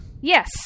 Yes